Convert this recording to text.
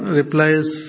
replies